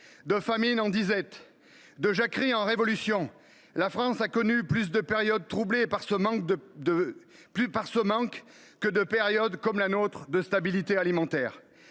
de famines en disettes, de jacqueries en révolutions. La France a connu plus de périodes troublées par ce manque que de périodes de stabilité alimentaire,